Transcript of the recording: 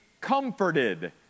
comforted